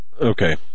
Okay